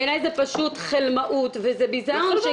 בעיניי זה פשוט חלמאות וביזיון,